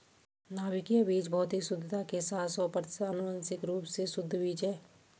नाभिकीय बीज भौतिक शुद्धता के साथ सौ प्रतिशत आनुवंशिक रूप से शुद्ध बीज है